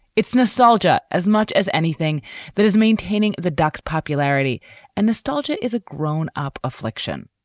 it's nostalgia as much as anything that is maintaining the ducks. popularity and nostalgia is a grown up affliction.